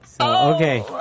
Okay